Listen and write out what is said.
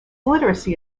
literacy